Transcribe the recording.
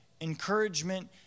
encouragement